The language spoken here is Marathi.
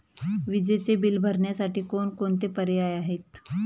विजेचे बिल भरण्यासाठी कोणकोणते पर्याय आहेत?